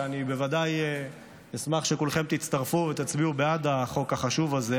ואני בוודאי אשמח שכולכם תצטרפו ותצביעו בעד החוק החשוב הזה,